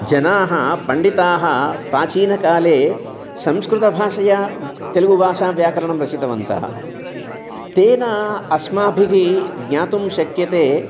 जनाः पण्डिताः प्राचीनकाले संस्कृतभाषया तेलुगुभाषा व्याकरणं रचितवन्तः तेन अस्माभिः ज्ञातुं शक्यते